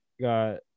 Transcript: got